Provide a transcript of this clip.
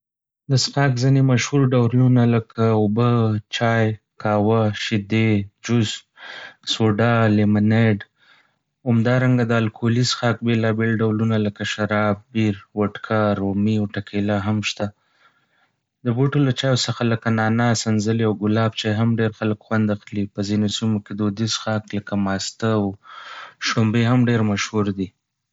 د څښاک ځینې مشهور ډولونه لکه اوبه، چای، قهوه، شیدې، جوس، سوډا، لیمونېډ. همدارنګه، د الکولي څښاک بېلابېل ډولونه لکه شراب، بیر، وډکا، رومي، او ټکيلا هم شته. د بوټو له چايو څخه لکه نعنا، سنځلي، او ګلاب چای هم ډېر خلک خوند اخلي. په ځینو سیمو کې دوديز څښاک لکه ماسته او شړمبې هم ډېر مشهور دي.